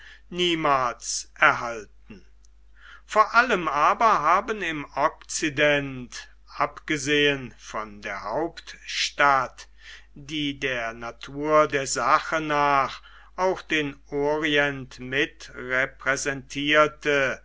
niemals erhalten vor allem aber haben im okzident abgesehen von der hauptstadt die der natur der sache nach auch den orient mit repräsentierte